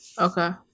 Okay